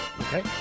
Okay